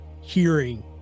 hearing